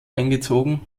eingezogen